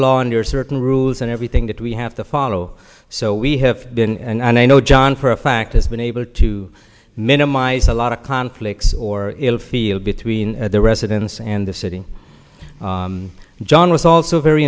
law under certain rules and everything that we have to follow so we have been and i know john for a fact has been able to minimize a lot of conflicts or ill feel between the residents and the city john was also very